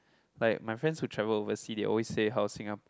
like my friends who travel overseas they always say how Singapore